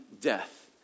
death